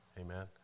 Amen